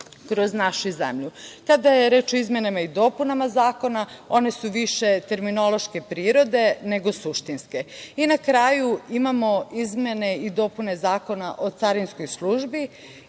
kroz našu zemlju. Kada je reč o izmenama i dopunama zakona, one su više terminološke prirode, nego suštinske.I, na kraju, imamo i izmene i dopune Zakona o carinskoj službi.